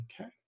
Okay